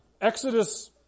Exodus